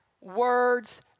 words